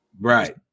Right